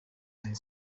and